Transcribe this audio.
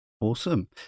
Awesome